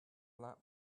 lap